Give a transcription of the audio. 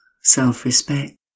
self-respect